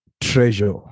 Treasure